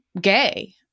gay